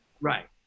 right